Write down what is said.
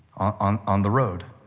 on on the road